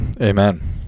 Amen